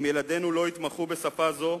אם ילדינו לא יתמחו בשפה הזאת,